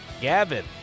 Gavin